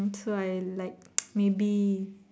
so I like maybe